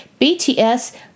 BTS